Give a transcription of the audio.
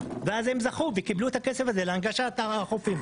ואז הם זכו וקיבלו את הכסף הזה להנגשת החופים.